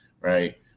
right